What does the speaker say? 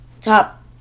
top